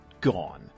Gone